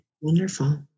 Wonderful